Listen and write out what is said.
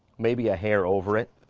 maybe a hair over it.